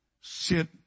sit